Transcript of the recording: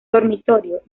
dormitorio